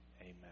Amen